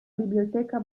biblioteca